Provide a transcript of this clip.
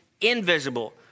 invisible